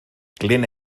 glyn